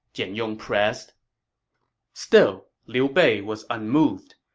jian yong pressed still, liu bei was unmoved.